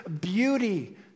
beauty